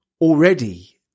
already